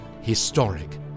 historic